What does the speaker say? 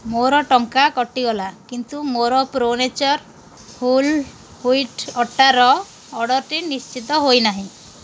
ମୋର ଟଙ୍କା କଟିଗଲା କିନ୍ତୁ ମୋର ପ୍ରୋ ନେଚର୍ ହୋଲ୍ ହ୍ଵାଇଟ୍ ଅଟାର ଅର୍ଡ଼ର୍ଟି ନିଶ୍ଚିତ ହେଇନାହିଁ